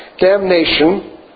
damnation